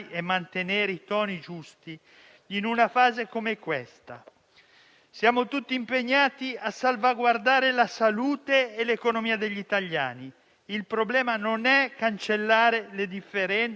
ma la responsabilità non può stare solo da una parte. Non si può chiedere giustamente di essere coinvolti e poi essere protagonisti delle scene che si sono viste qui